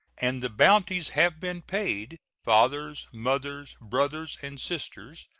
and the bounties have been paid fathers, mothers, brothers, and sisters,